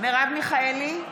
מרב מיכאלי,